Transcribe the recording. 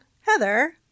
Heather